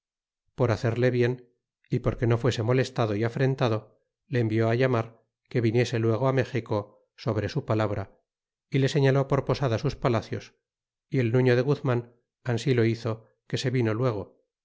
por hacerle bien y porque no fuese molestado y afrentado le envió llamar que viniese luego á méxico sobre su palabra y le señaló por posada sus palacios y el nuño de guzman ansi lo hizo que se vino luego